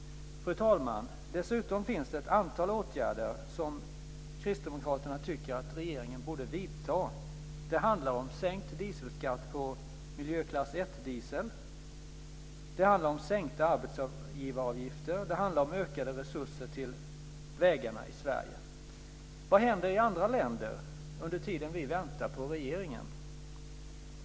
Fru talman! Dessutom finns det ett antal åtgärder som kristdemokraterna tycker att regeringen borde vidta. Det handlar om sänkt dieselskatt på miljöklass 1-diesel. Det handlar om sänkta arbetsgivaravgifter. Det handlar om ökade resurser till vägarna i Sverige. Vad händer i andra länder under den tid som vi väntar på regeringen?